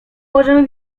możemy